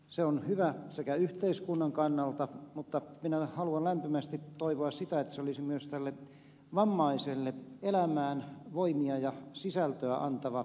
se on hyvä yhteiskunnan kannalta mutta minä haluan lämpimästi toivoa sitä että se olisi myös tälle vammaiselle elämään voimia ja sisältöä antava asia